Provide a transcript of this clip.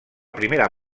primera